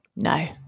No